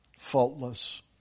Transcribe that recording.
Faultless